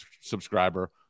subscriber